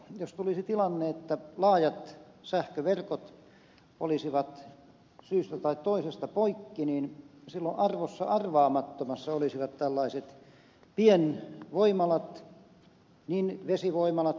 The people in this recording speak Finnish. jos tulisi tilanne että laajat sähköverkot olisivat syystä tai toisesta poikki niin silloin arvossa arvaamattomassa olisivat tällaiset pienvoimalat niin vesivoimalat kuin ed